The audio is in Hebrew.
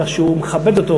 כך שהוא מכבד אותו,